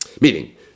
meaning